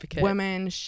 women